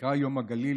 הנקרא יום הגליל,